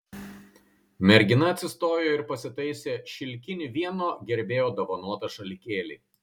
mergina atsistojo ir pasitaisė šilkinį vieno gerbėjo dovanotą šalikėlį